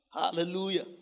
Hallelujah